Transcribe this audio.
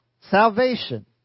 salvation